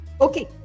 okay